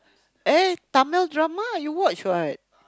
eh Tamil drama you watch [what]